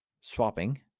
swapping